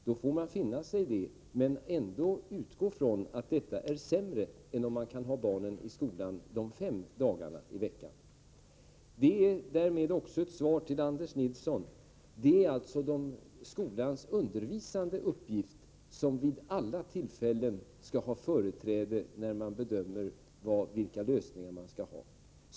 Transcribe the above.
Då får man finna sig i detta, men man måste ändå utgå från att det är sämre än om man skulle ha barnen i skolan de fem dagarna i veckan. Detta är också ett svar till Anders Nilsson. Det är alltså skolans undervisande uppgift som vid alla tillfällen skall ha företräde när man bedömer vilka lösningar som skall väljas.